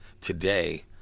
today